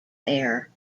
air